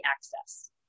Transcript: access